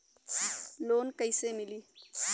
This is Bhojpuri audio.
लोन कईसे मिली?